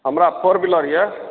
हमरा four wheeler यऽ